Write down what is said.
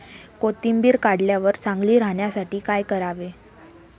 कोथिंबीर काढल्यावर चांगली राहण्यासाठी काय करावे?